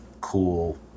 cool